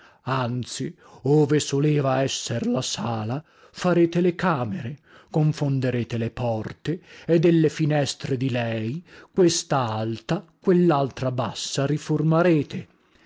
anzi ove soleva esser la sala farete le camere confonderete le porte e delle finestre di lei questa alta quellaltra bassa